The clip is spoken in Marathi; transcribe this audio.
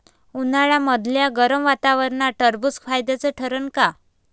उन्हाळ्यामदल्या गरम वातावरनात टरबुज फायद्याचं ठरन का?